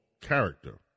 character